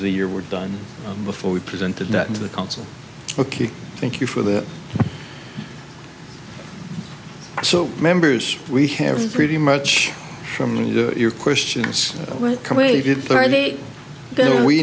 of the year were done before we presented that to the council ok thank you for the so members we have pretty much from your questions w